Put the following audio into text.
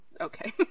Okay